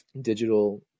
digital